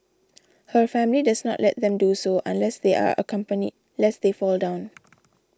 her family does not let them do so unless they are accompanied lest they fall down